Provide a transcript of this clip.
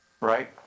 right